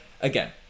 again